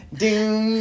doom